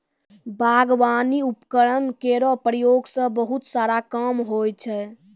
बागबानी उपकरण केरो प्रयोग सें बहुत सारा काम होय छै